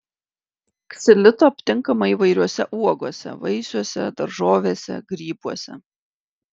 ksilito aptinkama įvairiose uogose vaisiuose daržovėse grybuose